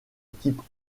types